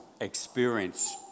experience